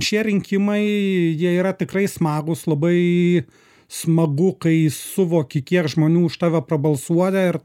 šie rinkimai jie yra tikrai smagūs labai smagu kai suvoki kiek žmonių už tave prabalsuoja ir